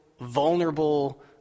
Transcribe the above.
vulnerable